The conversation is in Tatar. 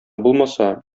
булмаса